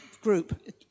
group